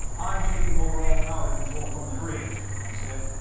i'm taking over all power control from the bridge, i said.